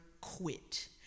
quit